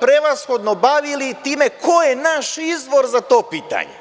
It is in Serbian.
prevashodno bavili time ko je naš izvor za to pitanje.